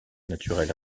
naturel